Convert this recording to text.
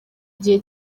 igihe